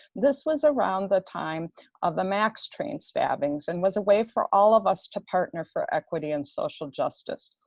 this was around the time of the max train stabbings, and was a way for all of us to partner for equity and social justice.